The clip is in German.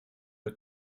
der